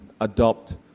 adopt